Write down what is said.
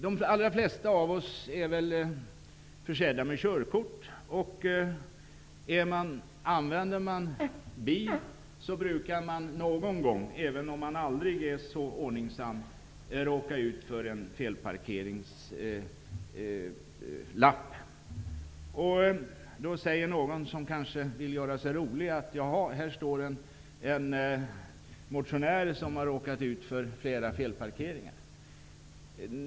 De allra flesta av oss är försedda med körkort. Använder man bil brukar man någon gång, även om man är aldrig så ordningsam, råka ut för en felparkeringslapp. Då säger någon som kanske vill göra sig rolig: ''Här står en motionär som har råkat ut för flera felparkeringar.''